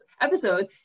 episode